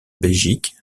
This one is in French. belgique